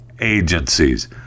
agencies